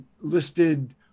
listed